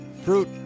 Fruit